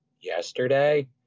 yesterday